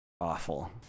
awful